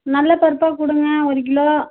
நல்லப் பருப்பா கொடுங்க ஒரு கிலோ